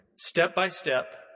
step-by-step